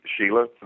Sheila